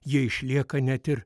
jie išlieka net ir